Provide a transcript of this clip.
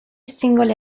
singoli